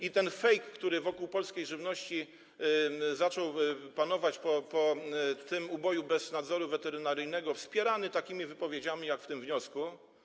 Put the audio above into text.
i ten fake, który wokół polskiej żywności zaczął panować po tym uboju bez nadzoru weterynaryjnego, wspierany takimi wypowiedziami, jak w tym wniosku.